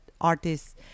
artists